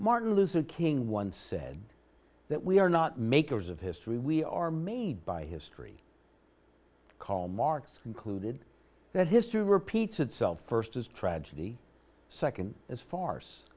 martin luther king once said that we are not makers of history we are made by history call marx concluded that history repeats itself first as tragedy second as far